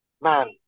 man